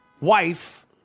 wife